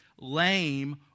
lame